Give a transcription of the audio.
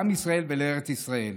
לעם ישראל ולארץ ישראל".